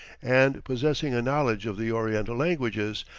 and possessing a knowledge of the oriental languages,